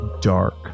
dark